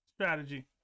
strategy